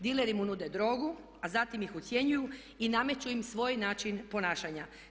Dileri mu nude drogu a zatim ih ucjenjuju i nameću im svoj način ponašanja.